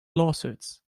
lawsuits